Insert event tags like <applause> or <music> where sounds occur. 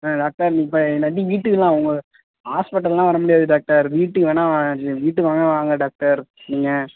ஆ doctor இப்போ <unintelligible> வீட்டுக்குதான் உங்கள் ஹாஸ்பிட்டல்லாம் வர முடியாது டாக்டர் வீட்டுக்கு வேணா வீட்டுக்கு வேணா வாங்க டாக்டர் நீங்கள்